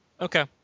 okay